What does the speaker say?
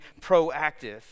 proactive